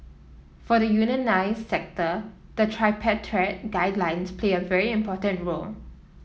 for the unionised sector the tripartite guidelines play a very important role